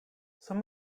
some